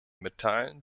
mitteilen